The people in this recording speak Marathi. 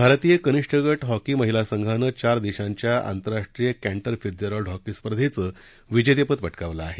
भारतीय कनिष्ठ गट हॉकी महिला संघानं चार देशांच्या आंतरराष्ट्रीय कँटर फित्झेरॉल्ड हॉकी स्पर्धेचं विजेतेपद पटकावलं आहे